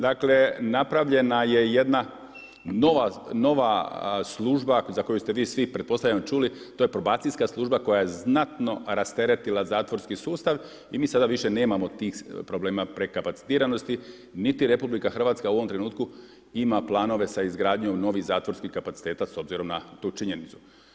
Dakle, napravljena je jedna nova služba za koju ste vi svi pretpostavljam čuli, a to je probacijska služba koja je znatno rasteretila zatvorski sustav i mi sada više nemamo tih problema prekapacitiranosti, niti RH u ovom trenutku ima planove sa izgradnjom novih zatvorskih kapaciteta s obzirom na tu činjenicu.